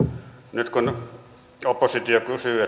nyt kun oppositio kysyy